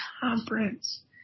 conference